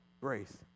grace